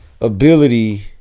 ability